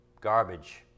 garbage